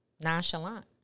nonchalant